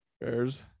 Bears